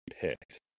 picked